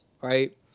right